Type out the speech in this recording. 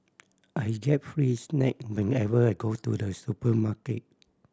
I get free snack whenever I go to the supermarket